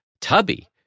Tubby